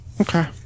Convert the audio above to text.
okay